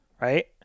right